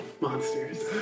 monsters